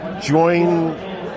join